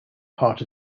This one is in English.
part